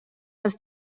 was